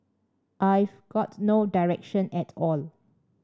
I've got no direction at all